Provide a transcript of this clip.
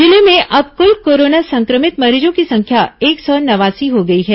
जिले में अब कुल कोरोना संक्रमित मरीजों की संख्या एक सौ नवासी हो गई है